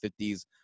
50s